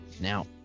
now